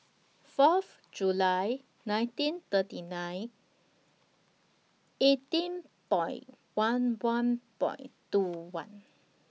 Fourth July nineteen thirty nine eighteen Point one one Point two one